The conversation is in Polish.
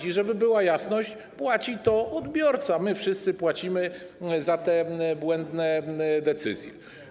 I żeby była jasność: płaci za to odbiorca, my wszyscy płacimy za te błędne decyzje.